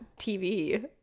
TV